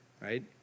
right